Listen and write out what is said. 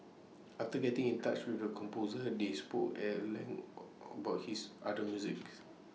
after getting in touch with the composer they spoke at length about his other musics